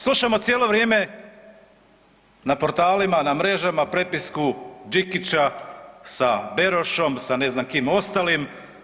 Slušamo cijelo vrijeme na portalima, na mrežama prepisku Đikića sa Berošom, sa ne znam kim ostalim.